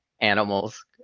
animals